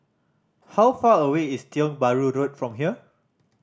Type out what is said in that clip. how far away is Tiong Bahru Road from here